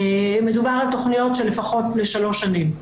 מדובר על תכניות שלפחות לשלוש שנים.